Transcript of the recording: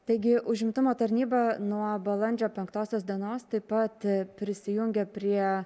taigi užimtumo tarnyba nuo balandžio penktosios dienos taip pat prisijungė prie